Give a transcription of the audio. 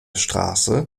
straße